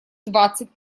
двадцать